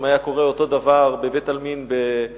אם היה קורה אותו דבר בבית-עלמין בחוץ-לארץ,